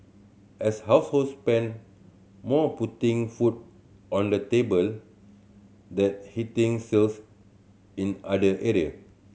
as households spend more putting food on the table that's hitting sales in other area